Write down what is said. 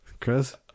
Chris